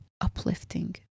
uplifting